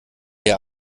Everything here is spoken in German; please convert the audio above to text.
ihr